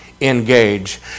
engage